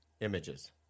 Images